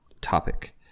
topic